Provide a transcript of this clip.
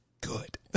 good